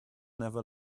never